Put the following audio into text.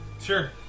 Sure